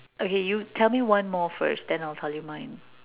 okay you tell me one more first then I'll tell you mine